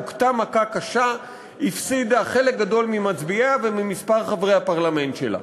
הוכתה מכה קשה והפסידה חלק גדול ממצביעיה וממספר חברי הפרלמנט שלה.